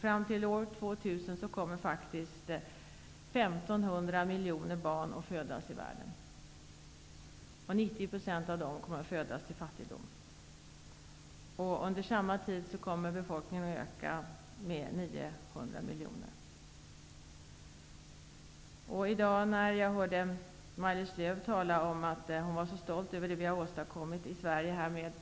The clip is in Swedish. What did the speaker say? Fram till år 2000 kommer 1 500 miljoner barn att födas i världen. 90 % av dem kommer att födas till fattigdom. Under denna tid kommer befolkningen att öka med 900 miljoner. Jag har i dag hört Maj-Lis Lööw tala om hur stolt hon är över vad som har åstadkommits i Sverige